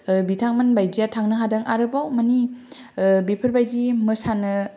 बिथां मोन बायदिया थांनो हादों आरो बाव मानि बेफोर बादि मोसानो